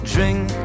Drink